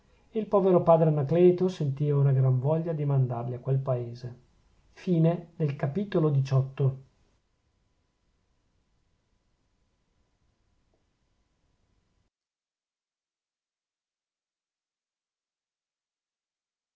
il povero padre anacleto sentiva una gran voglia di mandarli a quel paese xix